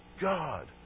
God